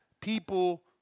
people